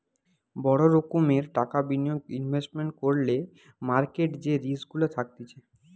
বড় রোকোমের টাকা বিনিয়োগ ইনভেস্টমেন্ট করলে মার্কেট যে রিস্ক গুলা থাকতিছে